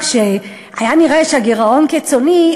כשהיה נראה שהגירעון קיצוני,